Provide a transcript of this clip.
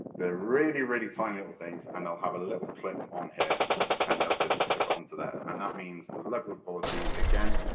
really really tiny little things and they will have a little clip on here and they will just clip on to there, and that means the level of quality, again,